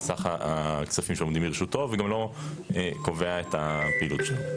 מה סך הכספים שעומדים לרשותו וגם לא קובע את הפעילות שלו.